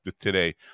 today